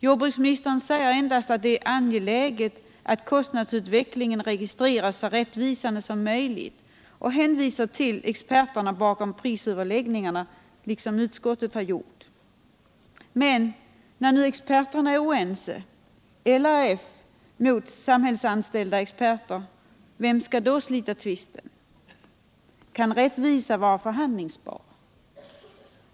Jordbruksministern säger endast att det är angeläget att kostnadsutvecklingen registreras så rättvisande som möjligt och hänvisar liksom utskottet till experterna bakom prisöverläggningarna. Men när nu experterna är oense — här står ju LRF mot samhällsanställda experter — vem skall då slita tvisten? Kan rättvisa vara förhandlingsbar?